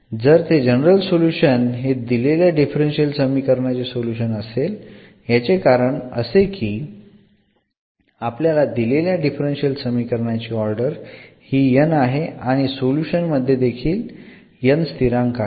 तर ते general solution हे दिलेल्या डिफरन्शियल समीकरणाचे सोल्युशन असेल याचे कारण असे की आपल्याला दिलेल्या डिफरन्शियल समीकरणाची ऑर्डर हि n आहे आणि सोल्युशन्स मध्ये देखील n स्थिरांक आहेत